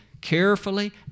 carefully